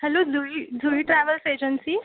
hello Jui Jui travels agency